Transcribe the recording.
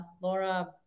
Laura